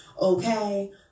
okay